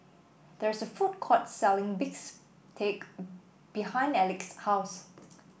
there is a food court selling bistake behind Elex's house